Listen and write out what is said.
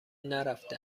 نرفته